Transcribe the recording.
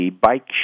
bike